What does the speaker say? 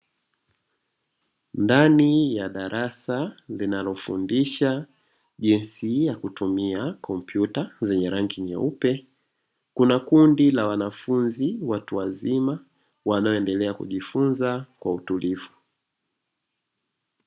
Ndani ya darasa linalofundisha jinsi ya kutumia kompyuta zenye rangi nyeupe. Kuna kundi la wanafunzi watu wazima wanaoendelea kujifunza kwa utulivu.